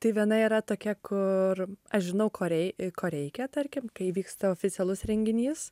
tai viena yra tokia kur aš žinau ko rei ko reikia tarkim kai vyksta oficialus renginys